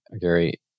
Gary